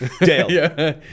Dale